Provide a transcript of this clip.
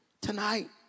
tonight